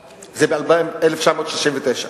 ב-48',